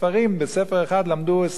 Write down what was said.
בספר אחד למדו 20 אנשים,